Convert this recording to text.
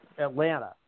Atlanta